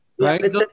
Right